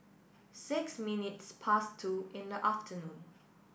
six minutes past two in the afternoon